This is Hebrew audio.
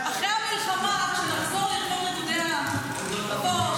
אחרי המלחמה, כשנחזור לרקוד ריקודי עם, תבוא.